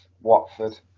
Watford